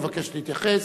לא מבקש להתייחס.